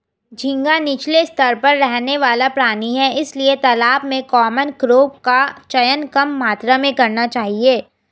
झींगा नीचले स्तर पर रहने वाला प्राणी है इसलिए तालाब में कॉमन क्रॉप का चयन कम मात्रा में करना चाहिए